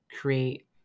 create